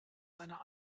seiner